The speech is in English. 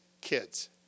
kids